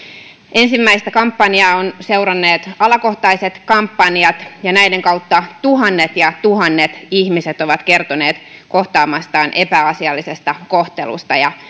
ensimmäistä kampanjaa ovat seuranneet alakohtaiset kampanjat ja näiden kautta tuhannet ja tuhannet ihmiset ovat kertoneet kohtaamastaan epäasiallisesta kohtelusta ja